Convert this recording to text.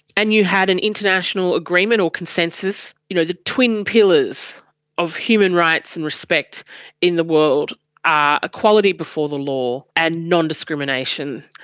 and you had an international agreement or consensus you know, the twin pillars of human rights and respect in the world are equality before the law and non-discrimination.